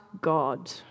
God